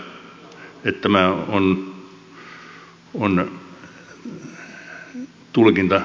arvoisa puhemies